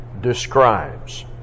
describes